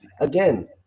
again